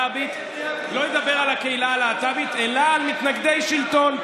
לא נדבר על הקהילה הלהט"בית אלא על מתנגדי שלטון.